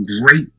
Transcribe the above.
great